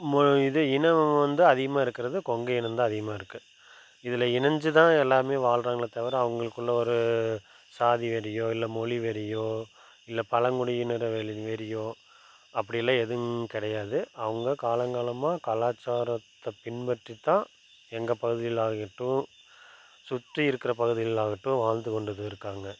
ம இது இனம் வந்து அதிகமாக இருக்கிறது கொங்கு இனம்தான் அதிகமாக இருக்குது இதில் இணைந்து தான் எல்லாமே வாழ்கிறாங்களே தவிர அவங்களுக்குள்ள ஒரு சாதி வெறியோ இல்லை மொழி வெறியோ இல்லை பழங்குடியினர் வெறியோ அப்படியெல்லாம் எதுவும் கிடையாது அவங்க காலங்காலமாக கலாச்சாரத்தை பின்பற்றித்தான் எங்கள் பகுதிகள் ஆகட்டும் சுற்றி இருக்கிற பகுதிகள் ஆகட்டும் வாழ்ந்துகொண்டு இருக்காங்க